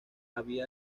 había